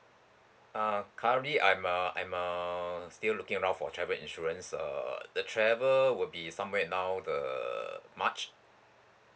uh currently I'm uh I'm err still looking around for travel insurance err the travel will be somewhere around the march